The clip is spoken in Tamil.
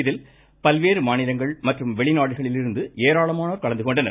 இதில் பல்வேறு மாநிலங்கள் மற்றும் வெளிநாடுகளிலிருந்து ஏராளமானோர் கலந்து கொண்டனர்